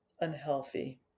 unhealthy